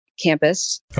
campus